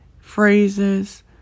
phrases